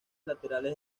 laterales